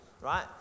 right